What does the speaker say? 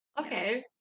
Okay